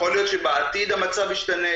יכול להיות שבעתיד המצב ישתנה,